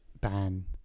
ban